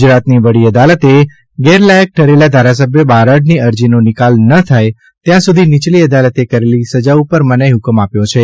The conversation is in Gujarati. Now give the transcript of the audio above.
ગુજરાતના વડી અદાલતે ગેરલાયક કરેલા ધારાસભ્ય બારડની અરજીનો નિકાલ ન થાય ત્યાં સુધી નીચલી અદાલતે કરેલી સજા ઉપર મનાઇ હુકમ આપ્યો છે